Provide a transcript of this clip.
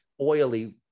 oily